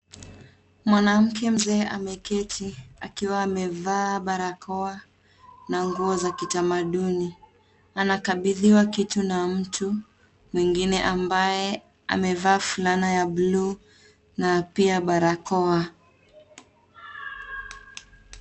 Mwanamke mzee ameketi akiwa amevaa barakoa na nguo za kitamaduni. Anakabidhiwa kitu na mtu mwingine ambaye amevaa fulana ya buluu na pia barakoa.